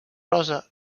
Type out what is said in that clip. rosa